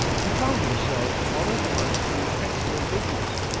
he found himself all at once in an excellent business,